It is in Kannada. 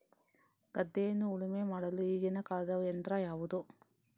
ಗದ್ದೆಯನ್ನು ಉಳುಮೆ ಮಾಡಲು ಈಗಿನ ಕಾಲದ ಯಂತ್ರ ಯಾವುದು?